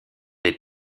les